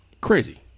Crazy